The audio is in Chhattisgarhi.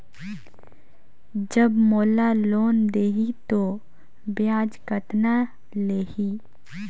जब मोला लोन देही तो ब्याज कतना लेही?